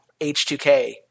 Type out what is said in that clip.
H2K